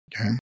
Okay